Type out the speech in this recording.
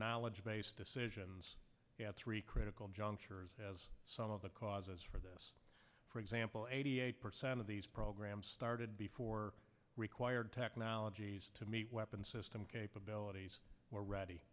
knowledge base decisions three critical junctures has some of the causes for this for example eighty eight percent of these programs started before required technologies to meet weapon system capabilities were ready